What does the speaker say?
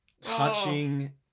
Touching